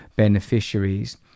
beneficiaries